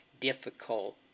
difficult